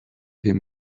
him